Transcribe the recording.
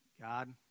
God